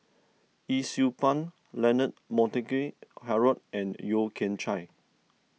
Yee Siew Pun Leonard Montague Harrod and Yeo Kian Chai